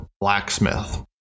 Blacksmith